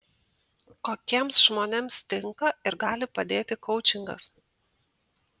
kokiems žmonėms tinka ir gali padėti koučingas